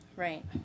Right